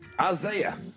Isaiah